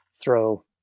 throw